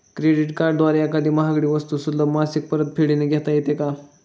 Credit कार्डद्वारे एखादी महागडी वस्तू सुलभ मासिक परतफेडने घेता येते का?